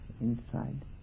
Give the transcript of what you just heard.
inside